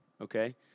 okay